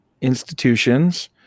institutions